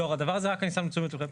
הדבר הזה, אני רק שם לתשומת ליבכם.